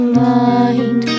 mind